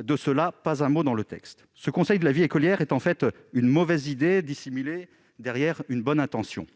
De cela, pas un mot dans le texte ! Ce conseil de la vie écolière est en fait une mauvaise idée, dissimulée derrière une bonne intention.